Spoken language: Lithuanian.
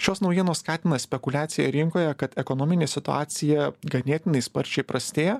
šios naujienos skatina spekuliaciją rinkoje kad ekonominė situacija ganėtinai sparčiai prastėja